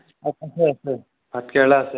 আছে আছে ভাত কেৰেলা আছে